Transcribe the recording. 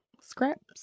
scraps